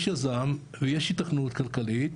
יש יזם ויש היתכנות כלכלית,